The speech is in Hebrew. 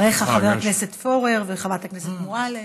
אחריך חבר הכנסת פורר וחברת הכנסת מועלם.